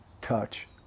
touch